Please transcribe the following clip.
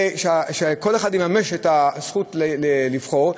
ושכל אחד יממש את הזכות לבחור,